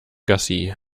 gassi